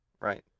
Right